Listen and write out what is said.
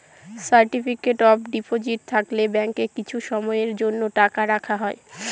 certificate of deposit থাকলে ব্যাঙ্কে কিছু সময়ের জন্য টাকা রাখা হয়